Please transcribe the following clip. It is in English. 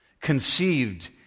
conceived